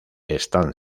están